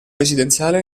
presidenziale